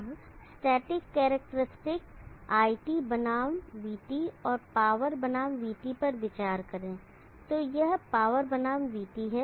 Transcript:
अब static characteristic iT बनाम vT और पावर बनाम vT पर विचार करें तो यह पावर बनाम vT है